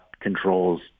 controls